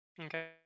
Okay